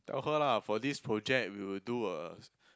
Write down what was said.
tell her lah for this project we would do a